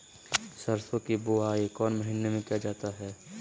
सरसो की बोआई कौन महीने में किया जाता है?